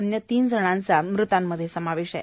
अन्य तीन जनांचा मृतांमध्ये समावेश आहे